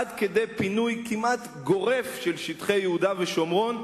עד כדי פינוי כמעט גורף של שטחי יהודה ושומרון,